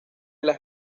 las